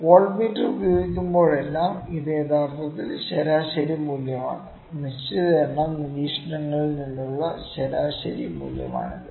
voltmeter ഉപയോഗിക്കുമ്പോഴെല്ലാം ഇത് യഥാർത്ഥത്തിൽ ശരാശരി മൂല്യമാണ് നിശ്ചിത എണ്ണം നിരീക്ഷണങ്ങളിൽ നിന്നുള്ള ശരാശരി മൂല്യമാണിത്